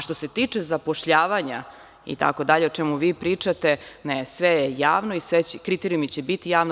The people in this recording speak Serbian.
Što se tiče zapošljavanja itd, o čemu vi pričate, ne, sve je javno i svi kriterijumi će biti javni.